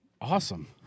Awesome